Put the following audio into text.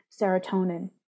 serotonin